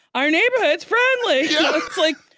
our neighborhood's friendly yeah it's like,